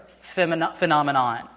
phenomenon